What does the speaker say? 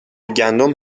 گندم